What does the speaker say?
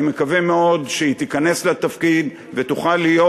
אני מקווה מאוד שהיא תיכנס לתפקיד והיא תוכל להיות,